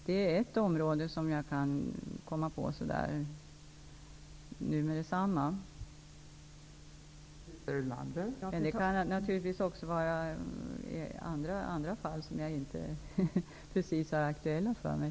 Det är ett område, som jag kan komma på nu med detsamma, men det kan naturligtvis också finnas andra, som inte just nu är aktuella för mig.